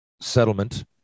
settlement